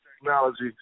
technology